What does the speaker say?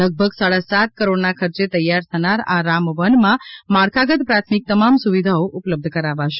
લગભગ સાડા સાત કરોડના ખર્ચે તૈયાર થનાર આ રામવનમાં માળખાગત પ્રાથમિક તમામ સુવિધાઓ ઉપલબ્ધ કરાવાશે